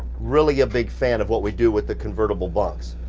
really a big fan of what we do with the convertible bunks.